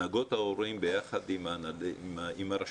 הנהגות ההורים יחד עם הרשות,